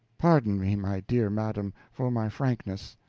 pardon me, my dear madam, for my frankness.